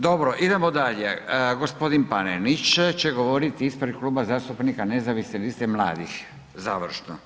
Dobro, idemo dalje, gospodin Panenić će govoriti ispred Kluba zastupnika Nezavisne liste mladih, završno.